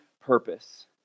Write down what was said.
purpose